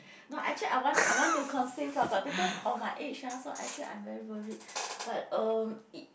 no actually I want I want to conceive lah but because of my age ah so actually I'm very worried but um it